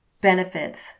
benefits